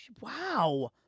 Wow